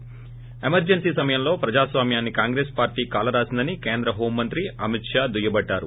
ి ఎమర్లెన్నీ సమయంలో ప్రజాస్వామ్యాన్ని కాంగ్రెస్ పార్టీ కాల రాసిందని కేంద్ర హోం మంత్రి అమిత్ షా దుయ్యబట్టారు